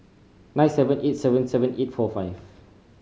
nine seven eight seven seven eight four five